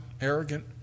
arrogant